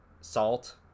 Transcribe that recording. salt